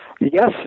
Yes